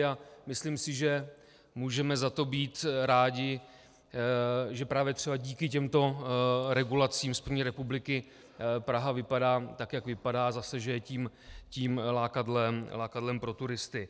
A myslím si, že můžeme za to být rádi, že právě třeba díky těmto regulacím z první republiky Praha vypadá tak, jak vypadá, zase že je tím lákadlem pro turisty.